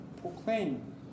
proclaim